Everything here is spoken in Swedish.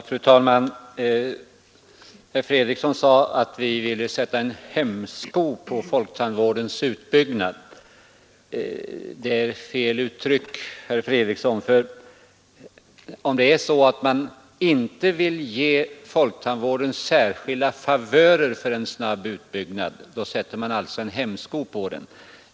Fru talman! Herr Fredriksson sade att vi ville sätta en hämsko på folktandvårdens utbyggnad. Det är fel uttryck, herr Fredriksson. Om man inte vill ge folktandvården särskilda favörer för en snabb utbyggnad, sätter man alltså en hämsko på den!